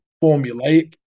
formulate